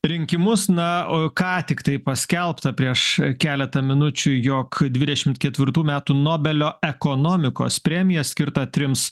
rinkimus na o ką tik tai paskelbta prieš keletą minučių jog dvidešimt ketvirtų metų nobelio ekonomikos premija skirta trims